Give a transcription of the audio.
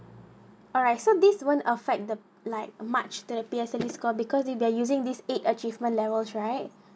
alright so this won't affect the like much the P_S_L_E score because they're using this eight achievement levels right